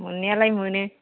मोननायालाय मोनो